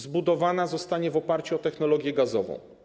Zbudowana zostanie w oparciu o technologię gazową.